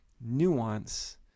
nuance